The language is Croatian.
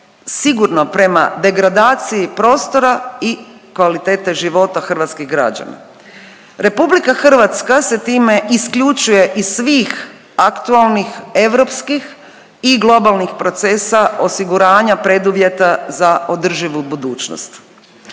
sigurno prema degradaciji prostora i kvalitete života hrvatskih građana. Republika Hrvatska se time isključuje iz svih aktualnih europskih i globalnih procesa osiguranja preduvjeta za održivu budućnost.